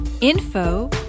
info